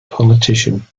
politician